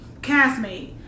castmate